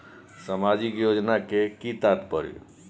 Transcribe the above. सामाजिक योजना के कि तात्पर्य?